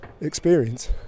experience